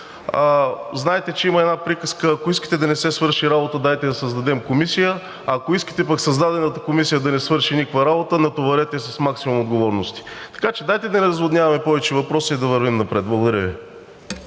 Знаете, че има една приказка – ако искате да не се свърши работа, дайте да създадем комисия. Ако пък искате създадената комисия да не свърши никаква работа, натоварете я с максимум отговорности. Така че дайте да не разводняваме повече въпроса и да вървим напред. Благодаря Ви.